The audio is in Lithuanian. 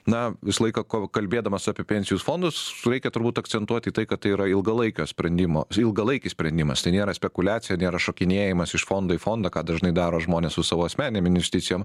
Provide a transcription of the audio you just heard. na visą laiką ko kalbėdamas apie pensijus fondus reikia turbūt akcentuot į tai kad tai yra ilgalaikio sprendimo ilgalaikis sprendimas tai nėra spekuliacija nėra šokinėjimas iš fondo į fondą ką dažnai daro žmonės su savo asmeninėm investicijom